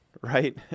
right